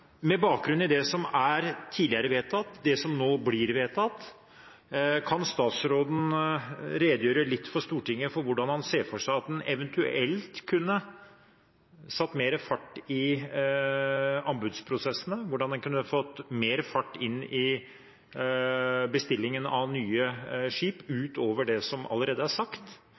Med bakgrunn i det som tidligere er vedtatt, og det som nå blir vedtatt: Kan statsråden redegjøre litt for Stortinget for hvordan man ser for seg at man eventuelt kunne satt mer fart i anbudsprosessene, hvordan man kunne fått mer fart i bestillingen av nye skip